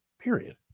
Period